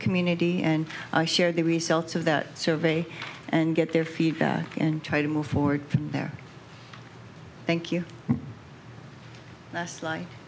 community and share the results of that survey and get their feedback and try to move forward from there thank you